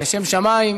לשם שמיים,